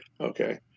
okay